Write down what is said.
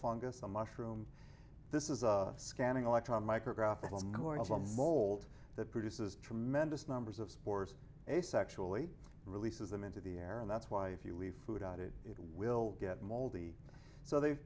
fungus a mushroom this is a scanning electron micrograph a volt that produces tremendous numbers of spores asexually releases them into the air and that's why if you leave food out it it will get moldy so they